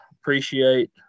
appreciate